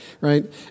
right